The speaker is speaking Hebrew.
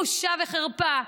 בושה וחרפה.